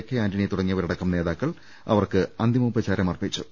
K Antony തുടങ്ങിയ വരടക്കം നേതാക്കൾ അവർക്ക് അന്തിമോപചാരം അർപ്പിച്ചു